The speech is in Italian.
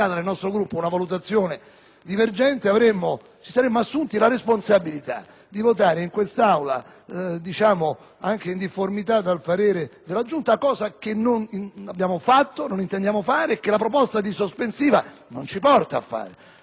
divergente ci saremmo assunti la responsabilità di votare in quest'Aula anche in difformità dal parere della Giunta, cosa che non abbiamo fatto e non intendiamo fare e che la proposta di sospensiva non ci porta a fare. Dopodiché, non possiamo non ricordare